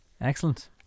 Excellent